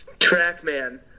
Trackman